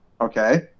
okay